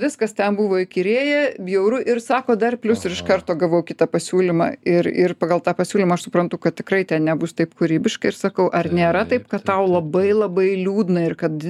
viskas ten buvo įkyrėję bjauru ir sako dar plius ir iš karto gavau kitą pasiūlymą ir ir pagal tą pasiūlymą aš suprantu kad tikrai ten nebus taip kūrybiška ir sakau ar nėra taip kad tau labai labai liūdna ir kad